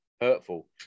hurtful